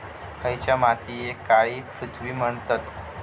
खयच्या मातीयेक काळी पृथ्वी म्हणतत?